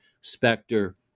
Specter